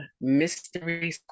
mystery